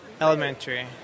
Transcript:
Elementary